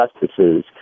justices